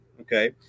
okay